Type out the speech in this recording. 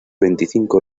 veinticinco